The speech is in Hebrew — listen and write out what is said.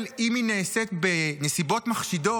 אם היא נעשית בנסיבות מחשידות.